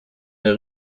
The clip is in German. der